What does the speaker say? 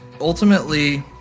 Ultimately